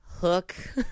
Hook